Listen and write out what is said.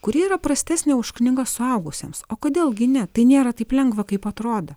kuri yra prastesnė už knygas suaugusiems o kodėl gi ne tai nėra taip lengva kaip atrodo